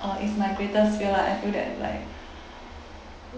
uh it's my greatest fear lah I feel that llke